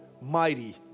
mighty